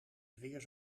weer